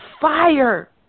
fire